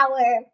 power